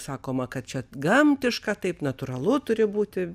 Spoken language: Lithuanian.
sakoma kad čia gamtiška taip natūralu turi būti